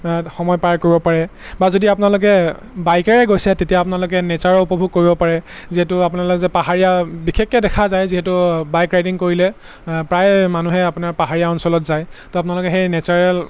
সময় পাৰ কৰিব পাৰে বা যদি আপোনালোকে বাইকেৰে গৈছে তেতিয়া আপোনালোকে নেচাৰৰ উপভোগ কৰিব পাৰে যিহেতু আপোনালোকে যে পাহাৰীয়া বিশেষকৈ দেখা যায় যিহেতু বাইক ৰাইডিং কৰিলে প্ৰায় মানুহে আপোনাৰ পাহাৰীয়া অঞ্চলত যায় তো আপোনালোকে সেই নেচাৰেল